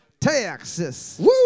Texas